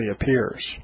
appears